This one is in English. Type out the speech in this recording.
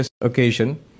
occasion